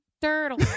turtle